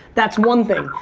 that's one thing.